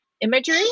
imagery